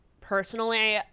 personally